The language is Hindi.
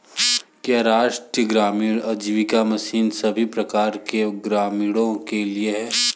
क्या राष्ट्रीय ग्रामीण आजीविका मिशन सभी प्रकार के ग्रामीणों के लिए है?